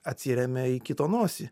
atsiremia į kito nosį